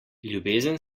ljubezen